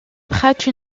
prête